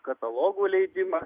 katalogų leidimą